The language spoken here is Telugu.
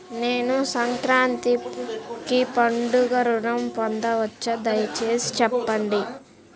నేను సంక్రాంతికి పండుగ ఋణం పొందవచ్చా? దయచేసి చెప్పండి?